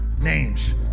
names